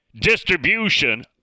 distribution